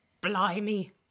Blimey